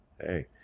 hey